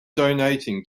donating